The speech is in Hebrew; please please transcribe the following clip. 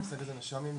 תסבירי מה זה נשמ"ים?